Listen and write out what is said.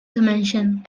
dimension